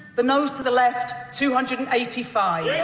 the noes to the left two hundred and eighty five yeah